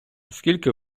скільки